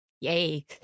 yay